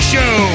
Show